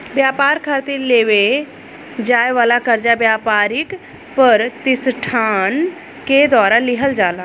ब्यपार खातिर लेवे जाए वाला कर्जा ब्यपारिक पर तिसठान के द्वारा लिहल जाला